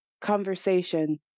conversation